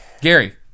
Gary